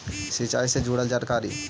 सिंचाई से जुड़ल जानकारी?